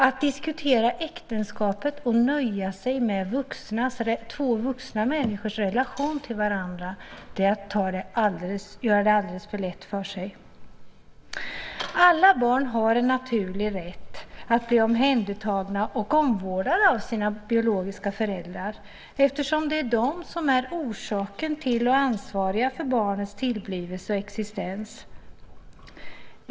Att diskutera äktenskapet och nöja sig med två vuxna människors relation till varandra är att göra det alldeles för lätt för sig. Alla barn har en naturlig rätt att bli omhändertagna och omvårdade av sina biologiska föräldrar eftersom det är de som är orsaken till och ansvariga för barnets tillblivelse och existens.